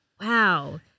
Wow